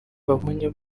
mubonye